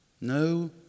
No